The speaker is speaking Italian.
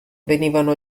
venivano